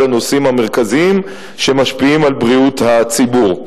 לאחד הנושאים המרכזיים שמשפיעים על בריאות הציבור.